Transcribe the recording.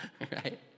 Right